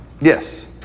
Yes